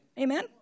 Amen